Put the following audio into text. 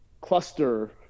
cluster